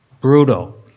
brutal